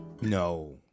No